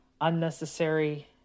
unnecessary